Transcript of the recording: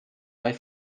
bei